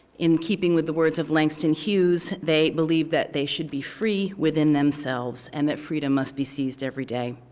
in keeping with the words of langston hughes, they believed that they should be free within themselves and that freedom must be seized every day.